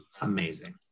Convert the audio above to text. amazing